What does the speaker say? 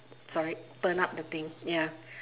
sorry burned up the thing ya